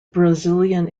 brazilian